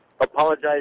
apologize